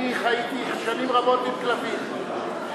אני חייתי שנים רבות עם כלבים.